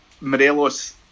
Morelos